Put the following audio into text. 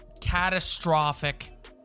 catastrophic